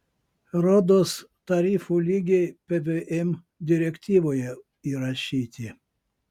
rodos tarifų lygiai pvm direktyvoje įrašyti